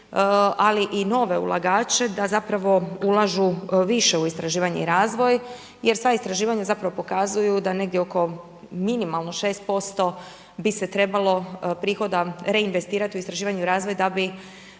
ali i nove ulagače, da zapravo ulažu više u istraživanje i razvoj, jer sva istraživanja zapravo pokazuju da negdje oko minimalno 6% bi se trebalo prihoda reinvestirati u istraživanje i razvoj da bi